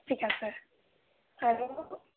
ঠিক আছে হেল্ল'